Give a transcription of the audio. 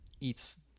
eats